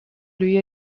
lüüa